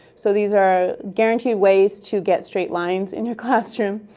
so these are guaranteed ways to get straight lines in your classroom.